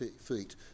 feet